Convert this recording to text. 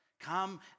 Come